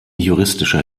juristischer